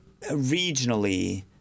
regionally